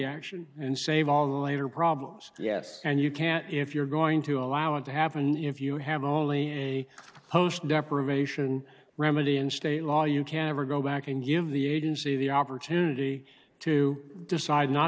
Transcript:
action and save all the later problems yes and you can't if you're going to allow it to happen if you have only a host deprivation remedy and state law you can't ever go back and give the agency the opportunity to decide not